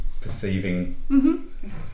perceiving